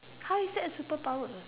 how is that a superpower